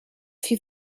few